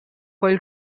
coll